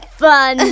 fun